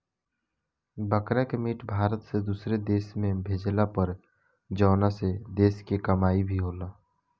बकरा के मीट भारत से दुसरो देश में भेजाला पर जवना से देश के कमाई भी होला